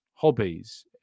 Hobbies